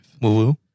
Woo-woo